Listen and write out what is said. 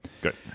Good